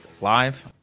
live